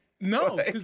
No